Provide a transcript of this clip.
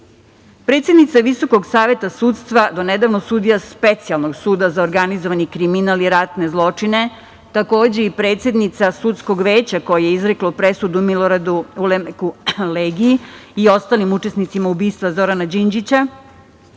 sina. Predsednica Visokog saveta sudstva, do nedavno sudija Specijalnog suda za organizovani kriminal i ratne zločine, takođe i predsednica Sudskog veća koji je izreklo presudu Miloradu Ulemeku Legiji i ostalim učesnicima ubistva Zorana Đinđića,